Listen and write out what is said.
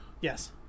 Yes